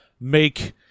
make